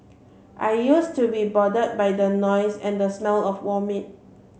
I used to be bothered by the noise and the smell of vomit